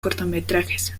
cortometrajes